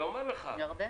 אומרים לך ירדן,